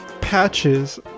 Patches